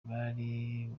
bari